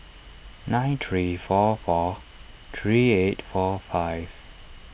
nine three four four three eight four five